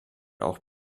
auch